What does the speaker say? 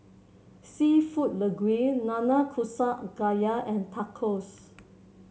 seafood Linguine Nanakusa Gayu and Tacos